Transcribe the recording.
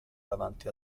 davanti